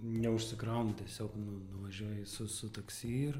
neužsikraunu tiesiog nu nuvažiuoji su su taksi ir